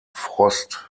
frost